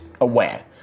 aware